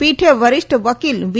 પીઠે વરિષ્ઠ વકીલ વી